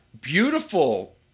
beautiful